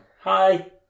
Hi